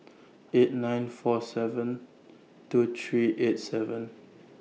eight nine four seven two three eight seven